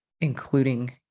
including